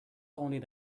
only